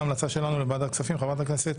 של חברת הכנסת